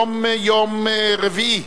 היום יום רביעי,